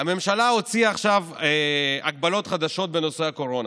הממשלה הוציאה עכשיו הגבלות חדשות בנושא הקורונה,